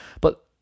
But-